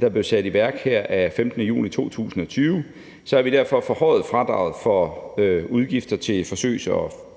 der blev sat i værk pr. 15. juni 2020, har vi forhøjet fradraget for udgifter til forsøgs- og